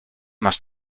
must